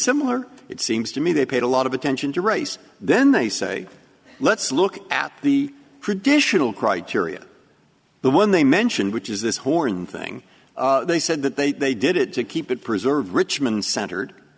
similar it seems to me they paid a lot of attention to race then they say let's look at the traditional criteria the one they mentioned which is this horn thing they said that they they did it to keep it preserved richmond centered